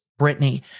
Britney